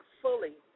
fully